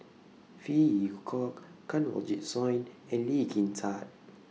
Phey Yew Kok Kanwaljit Soin and Lee Kin Tat